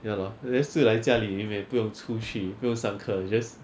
ya lor then just 就来家里里面不用出去不用上课 just